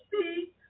see